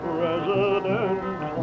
President